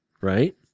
right